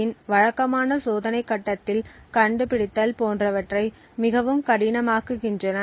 யின் வழக்கமான சோதனைக் கட்டத்தில் கண்டுபிடித்தல் போன்றவற்றை மிகவும் கடினமாக்குகின்றன